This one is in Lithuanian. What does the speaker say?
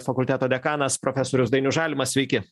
fakulteto dekanas profesorius dainius žalimas sveiki